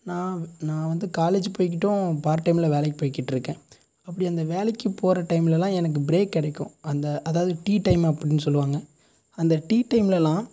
நான் நான் வந்து காலேஜ் போய்கிட்டும் பார்ட் டைமில் வேலைக்கு போயிக்கிட்டிருக்கேன் அப்படி அந்த வேலைக்கு போகிற டைமெலலாம் எனக்கு பிரேக் கிடைக்கும் அந்த அதாவது டீ டைம் அப்படினு சொல்லுவாங்க அந்த டீ டைமெலலாம்